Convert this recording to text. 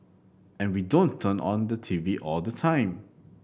and we don't turn on the TV all the time